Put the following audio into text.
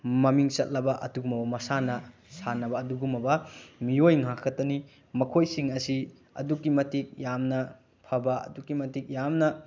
ꯃꯃꯤꯡ ꯆꯠꯂꯕ ꯑꯗꯨꯒꯨꯂꯕ ꯃꯁꯥꯟꯅ ꯁꯥꯟꯅꯕ ꯑꯗꯨꯒꯨꯝꯂꯕ ꯃꯤꯑꯣꯏ ꯉꯥꯛꯇꯅꯤ ꯃꯈꯣꯏꯁꯤꯡ ꯑꯁꯤ ꯑꯗꯨꯛꯀꯤ ꯃꯇꯤꯛ ꯌꯥꯝꯅ ꯐꯕ ꯑꯗꯨꯛꯀꯤ ꯃꯇꯤꯛ ꯌꯥꯝꯅ